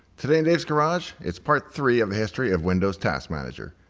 today in dave's garage, it's part three of the history of windows task manager.